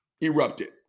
erupted